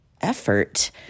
effort